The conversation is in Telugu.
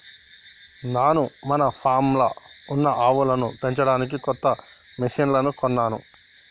నాను మన ఫామ్లో ఉన్న ఆవులను పెంచడానికి కొత్త మిషిన్లు కొన్నాను